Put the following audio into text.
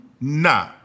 Nah